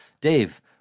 dave